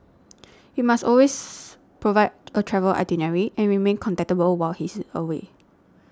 he must always provide a travel itinerary and remain contactable while he is away